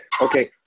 Okay